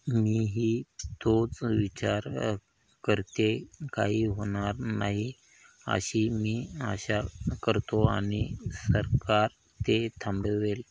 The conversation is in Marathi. मीही तोच विचार करते काही होणार नाही अशी मी आशा करतो आणि सरकार ते थांबवेल